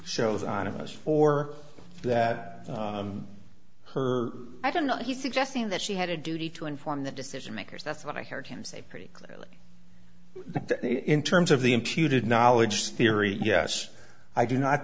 shows on of us for that her i don't know he's suggesting that she had a duty to inform the decision makers that's what i heard him say pretty clearly in terms of the imputed knowledge theory yes i do kno